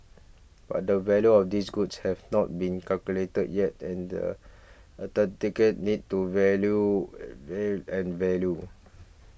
but the value of these goods have not been calculated yet and need to value and valued